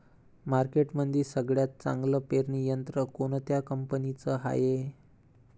मार्केटमंदी सगळ्यात चांगलं पेरणी यंत्र कोनत्या कंपनीचं हाये?